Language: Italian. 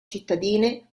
cittadine